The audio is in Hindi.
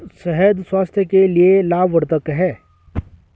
शहद स्वास्थ्य के लिए लाभवर्धक है